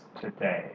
today